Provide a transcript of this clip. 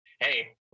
Hey